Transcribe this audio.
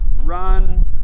run